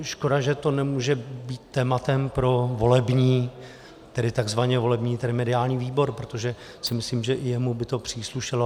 Škoda, že to nemůže být tématem pro volební, tedy tzv. volební, tedy mediální výbor, protože si myslím, že jemu by to příslušelo.